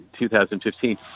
2015